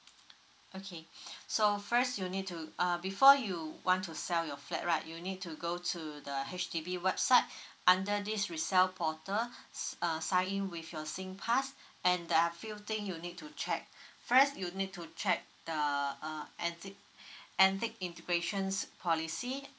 okay so first you need to err before you want to sell your flat right you need to go to the H_D_B website under this resell portal si~ uh sign in with your singpass and there are few thing you need to check first you need to check the uh anti~ anti integrations policy